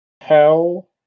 Hell